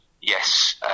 Yes